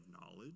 knowledge